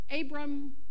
Abram